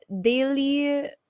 daily